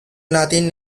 nothing